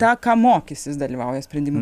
tą ką mokysis dalyvauja sprendimų